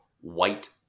white